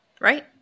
right